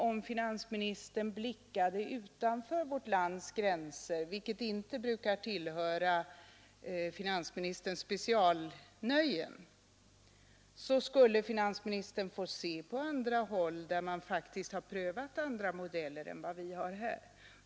Om finansministern blickade utanför vårt lands gränser, vilket inte brukar tillhöra finansministerns specialnöjen, så skulle finansministern få se att man på andra håll faktiskt har prövat andra modeller än vad vi har här.